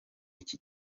iki